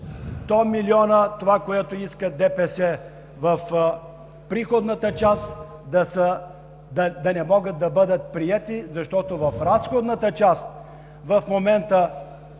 100 милиона – това, което иска ДПС в приходната част, да не могат да бъдат приети, защото в разходната част в момента